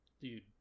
dude